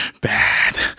bad